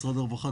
משרד הרווחה,